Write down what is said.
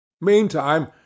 meantime